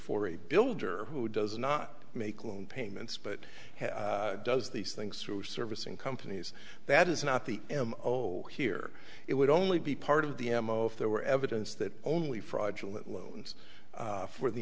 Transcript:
for a builder who does not make loan payments but does these things for servicing companies that is not the m o here it would only be part of the m o if there were evidence that only fraudulent loans for the